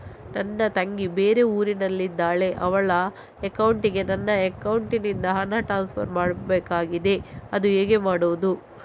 ನನ್ನ ತಂಗಿ ಬೇರೆ ಊರಿನಲ್ಲಿದಾಳೆ, ಅವಳ ಅಕೌಂಟಿಗೆ ನನ್ನ ಅಕೌಂಟಿನಿಂದ ಹಣ ಟ್ರಾನ್ಸ್ಫರ್ ಮಾಡ್ಬೇಕಾಗಿದೆ, ಅದು ಹೇಗೆ ಮಾಡುವುದು?